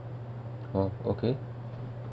oh okay